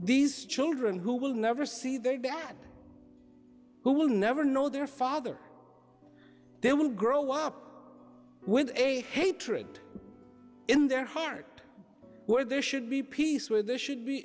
these children who will never see their dad who will never know their father they will grow up with a hatred in their heart where there should be peace where there should